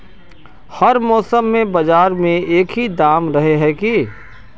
हर मौसम में बाजार में एक ही दाम रहे है की?